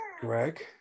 Greg